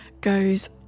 goes